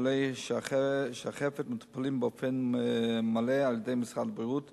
חולי שחפת מטופלים באופן מלא על-ידי משרד הבריאות